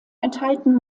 enthalten